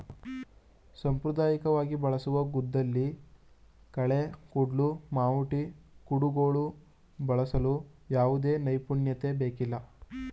ಸಾಂಪ್ರದಾಯಿಕವಾಗಿ ಬಳಸುವ ಗುದ್ದಲಿ, ಕಳೆ ಕುಡ್ಲು, ಮಾವುಟಿ, ಕುಡುಗೋಲು ಬಳಸಲು ಯಾವುದೇ ನೈಪುಣ್ಯತೆ ಬೇಕಿಲ್ಲ